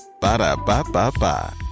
Ba-da-ba-ba-ba